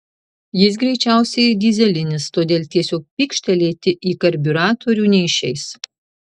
jis greičiausiai dyzelinis todėl tiesiog pykštelėti į karbiuratorių neišeis